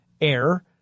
air